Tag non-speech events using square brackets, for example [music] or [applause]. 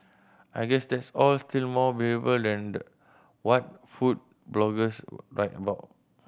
I guess that's all still more [unintelligible] than the what food bloggers [unintelligible] write about